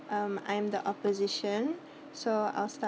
um I am the opposition so I'll start